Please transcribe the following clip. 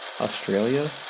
Australia